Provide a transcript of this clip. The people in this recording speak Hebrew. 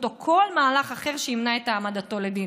או כל מהלך אחר שימנע את העמדתו לדין.